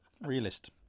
Realist